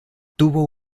tuvo